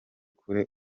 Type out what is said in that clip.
kure